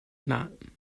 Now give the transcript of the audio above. not